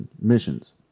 missions